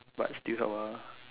but still help ah